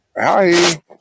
hi